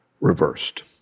reversed